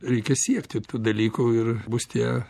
reikia siekti tų dalykų ir bus tie